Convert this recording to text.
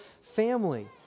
family